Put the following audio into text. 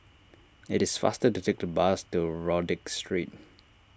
it is faster to take to bus to Rodyk Street